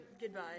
Goodbye